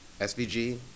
SVG